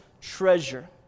treasure